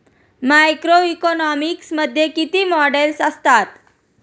Macroeconomics मध्ये किती models असतात?